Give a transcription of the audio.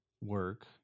work